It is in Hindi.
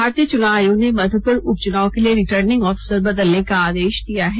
भारतीय चुनाव आयोग ने मधुपुर उपचुनाव के लिए रिटर्निंग अफसर बदलने का आदेश दिया है